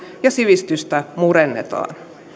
ja sivistystä murennetaan